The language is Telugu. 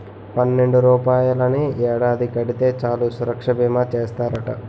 పన్నెండు రూపాయలని ఏడాది కడితే చాలు సురక్షా బీమా చేస్తారట